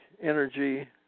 Energy